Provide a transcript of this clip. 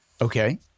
Okay